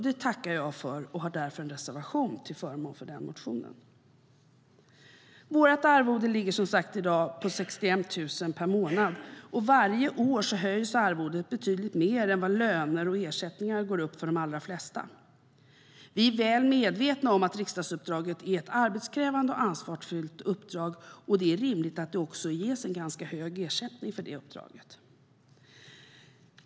Det tackar jag för och har därför en reservation till förmån för den motionen. Vårt arvode ligger som sagt i dag på 61 000 kronor per månad, och varje år höjs arvodet betydligt mer än vad löner och ersättningar går upp för de allra flesta. Vi är väl medvetna om att riksdagsuppdraget är ett arbetskrävande och ansvarsfyllt uppdrag, och det är rimligt att det också ges en ganska hög ersättning för det uppdraget.